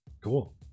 Cool